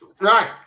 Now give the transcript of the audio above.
right